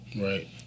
Right